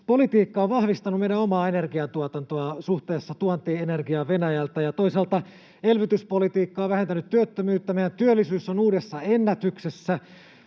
politiikka on vahvistanut meidän omaa energiantuotantoamme suhteessa tuontienergiaan Venäjältä, toisaalta elvytyspolitiikka on vähentänyt työttömyyttä, ja meidän työllisyys on uudessa ennätyksessä,